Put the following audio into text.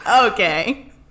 Okay